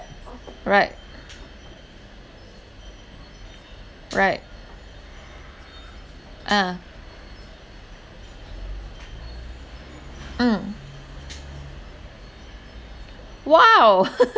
right right ah mm !wow!